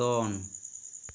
ᱫᱚᱱ